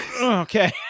Okay